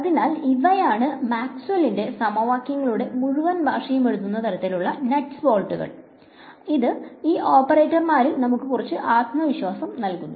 അതിനാൽ ഇവയാണ് മാക്സ്വെല്ലിന്റെ സമവാക്യങ്ങളുടെ മുഴുവൻ ഭാഷയും എഴുതുന്ന തരത്തിലുള്ള നട്ട്സ് ബോൾട്ടുകൾ ഇത് ഈ ഓപ്പറേറ്റർമാരിൽ നമുക്ക് കുറച്ച് ആത്മവിശ്വാസം നൽകുന്നു